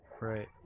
Right